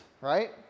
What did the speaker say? right